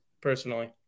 personally